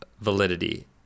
validity